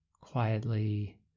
Quietly